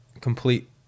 complete